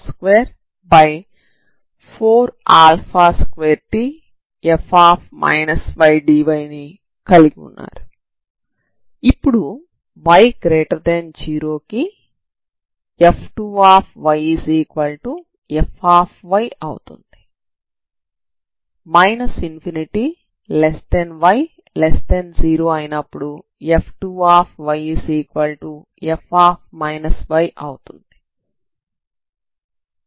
∞y0 అయినప్పుడు f2yf y అవుతుంది